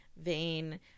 vein